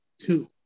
two